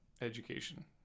education